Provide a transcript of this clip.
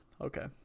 Okay